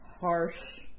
Harsh